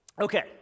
Okay